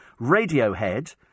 Radiohead